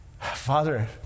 Father